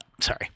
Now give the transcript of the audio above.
sorry